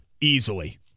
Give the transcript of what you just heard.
easily